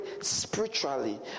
spiritually